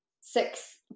six